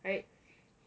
right